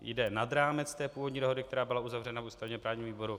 Jde nad rámec původní dohody, která byla uzavřena v ústavněprávním výboru.